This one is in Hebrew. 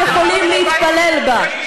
הם יכולים להתפלל בה.